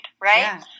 right